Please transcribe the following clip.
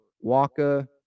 Waka